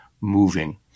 moving